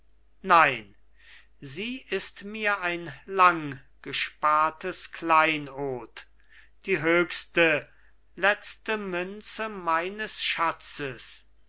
nein sie ist mir ein langgespartes kleinod die höchste letzte münze meines schatzes